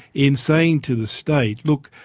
in saying to the state, look,